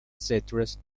citrus